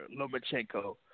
Lomachenko